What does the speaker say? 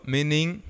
Meaning